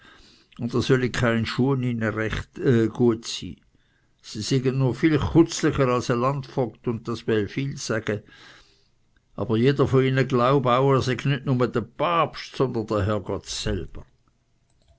er solle in keinem schuh drin gut sein sie seien noch viel kitzlicher als ein landvogt und das wolle viel sagen aber jeder von ihnen glaube auch er sei nicht nur der papst sondern der herrgott selber